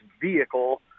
vehicle